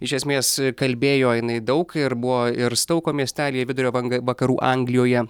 iš esmės kalbėjo jinai daug ir buvo ir stauko miestelyje vidurio vang vakarų anglijoje